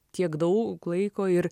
tiek daug laiko ir